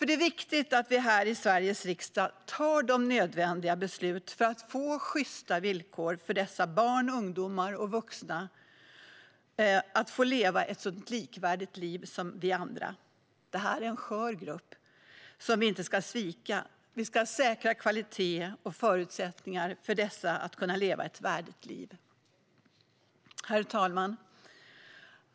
Det är viktigt att vi här i Sveriges riksdag fattar nödvändiga beslut för att få sjysta villkor för dessa barn, ungdomar och vuxna så att de får leva ett liv som är så likvärdigt som möjligt med det vi andra lever. Det här är en skör grupp, som vi inte ska svika. Vi ska säkra kvalitet och förutsättningar för dessa människor att leva ett värdigt liv. Herr talman!